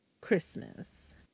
Christmas